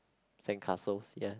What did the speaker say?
sandcastle yes